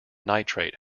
nitrate